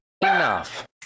enough